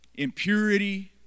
impurity